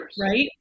right